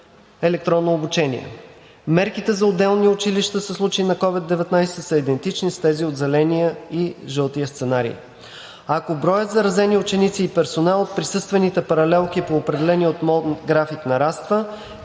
електронно обучение. Мерките за отделните училища със случаи на COVID-19 са идентични с тези от зеления и жълтия сценарий. Ако броят заразени ученици и персонал от присъствените паралелки по определения от МОН график нараства,